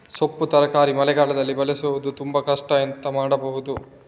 ಸೊಪ್ಪು ತರಕಾರಿ ಮಳೆಗಾಲದಲ್ಲಿ ಬೆಳೆಸುವುದು ತುಂಬಾ ಕಷ್ಟ ಎಂತ ಮಾಡಬಹುದು?